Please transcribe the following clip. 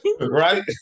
Right